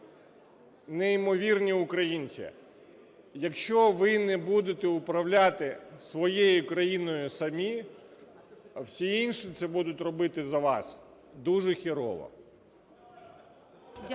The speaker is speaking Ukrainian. неймовірні українці, якщо ви не будете управляти своєю країною самі, а всі інші це будуть робити за вас, дуже….